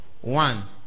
One